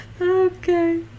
Okay